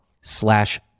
slash